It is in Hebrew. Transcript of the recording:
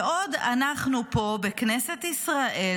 בעוד אנחנו פה בכנסת ישראל,